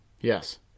Yes